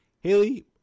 Haley